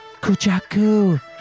Kuchaku